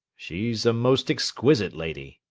she's a most exquisite lady.